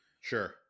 Sure